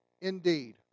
indeed